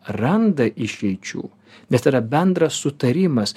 randa išeičių nes yra bendras sutarimas